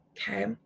Okay